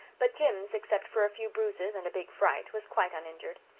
but jims, except for a few bruises, and a big fright, was quite uninjured.